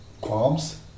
Qualms